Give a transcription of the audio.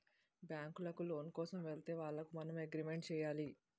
బ్యాంకులకు లోను కోసం వెళితే వాళ్లకు మనం అగ్రిమెంట్ చేయాలి